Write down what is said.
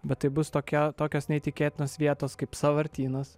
bet tai bus tokia tokios neįtikėtinos vietos kaip sąvartynas